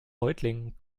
reutlingen